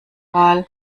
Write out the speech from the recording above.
wahl